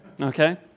Okay